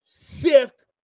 shift